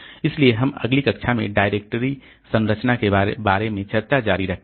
इसलिए हम अगली कक्षा में डायरेक्टरी संरचना के बारे में चर्चा जारी रखेंगे